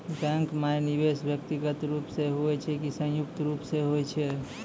Bank माई निवेश व्यक्तिगत रूप से हुए छै की संयुक्त रूप से होय छै?